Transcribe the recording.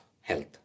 health